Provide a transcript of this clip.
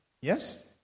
Yes